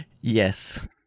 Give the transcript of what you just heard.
Yes